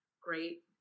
great